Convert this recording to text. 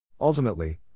Ultimately